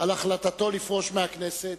על החלטתו לפרוש מהכנסת,